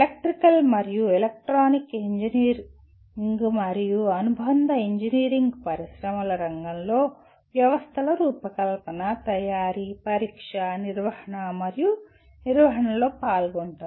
electrical మరియు electronic engineering మరియు అనుబంధ ఇంజనీరింగ్ పరిశ్రమల రంగంలో వ్యవస్థల రూపకల్పన తయారీ పరీక్ష నిర్వహణ మరియు నిర్వహణలో పాల్గొంటారు